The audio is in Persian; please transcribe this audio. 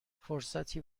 فرصتی